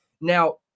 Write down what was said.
Now